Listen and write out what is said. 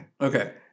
Okay